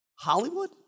Hollywood